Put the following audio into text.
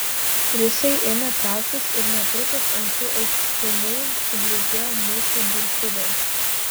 rusai ėmė trauktis ir netrukus ant šių aukštumų sublizgėjo mūsų durtuvai